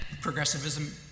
progressivism